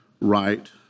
right